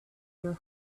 your